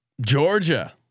Georgia